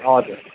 हजुर